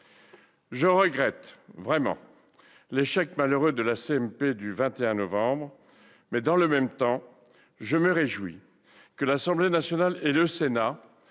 Je regrette vraiment l'échec malheureux de la commission mixte paritaire du 21 novembre, mais, dans le même temps, je me réjouis que l'Assemblée nationale et le Sénat